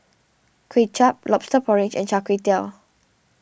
Kuay Chap Lobster Porridge and Char Kway Teow